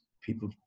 people